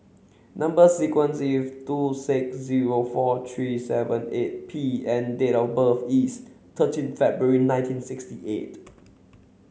number sequence is T two six zero four three seven eight P and date of birth is thirteen February nineteen sixty eight